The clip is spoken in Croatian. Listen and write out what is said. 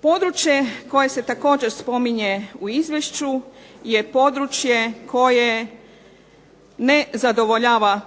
Područje koje se također spominje u izvješću je područje koje ne zadovoljava